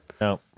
No